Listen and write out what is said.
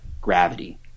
gravity